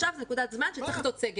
עכשיו זו נקודת זמן שצריך לעשות סגר.